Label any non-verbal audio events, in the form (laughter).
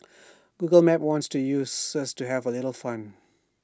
(noise) Google maps wants to use Sirs to have A little fun